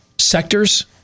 sectors